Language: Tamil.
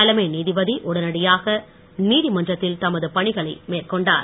தலைமை நீதிபதி உடனடியாக நீதிமன்றத்தில் தமது பணிகளை மேற்கொண்டார்